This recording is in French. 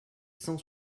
cent